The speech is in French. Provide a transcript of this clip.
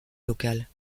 locale